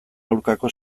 aurkako